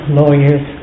lawyers